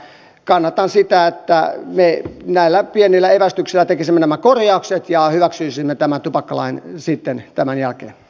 kannatan sitä että me näillä pienillä evästyksillä tekisimme nämä korjaukset ja hyväksyisimme tämän tupakkalain sitten tämän jälkeen